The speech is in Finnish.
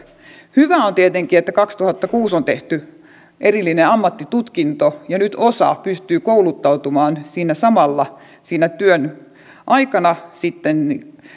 hyvää on tietenkin että kaksituhattakuusi on tehty erillinen ammattitutkinto ja nyt osa pystyy kouluttautumaan siinä samalla työn aikana sitten